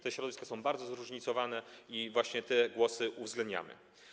Te środowiska są bardzo zróżnicowane i właśnie te głosy uwzględniamy.